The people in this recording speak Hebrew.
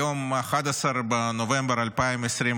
היום 11 בנובמבר 2024,